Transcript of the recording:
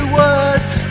words